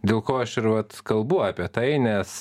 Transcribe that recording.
dėl ko aš ir vat kalbu apie tai nes